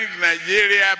Nigeria